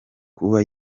kuba